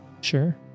Sure